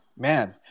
Man